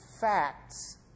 facts